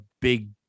big